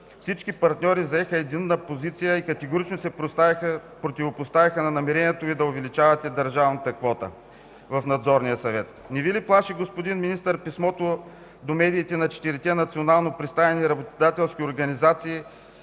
всички партньори заеха единна позиция и категорично се противопоставиха на намерението Ви да увеличавате държавната квота в Надзорния съвет. Не Ви ли плаши, господин Министър, писмото до медиите на четирите национално представени работодателски организации